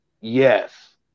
yes